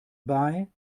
bei